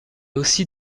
aussi